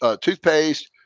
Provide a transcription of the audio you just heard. toothpaste